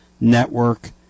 Network